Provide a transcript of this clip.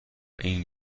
این